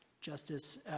Justice